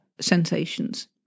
sensations